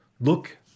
look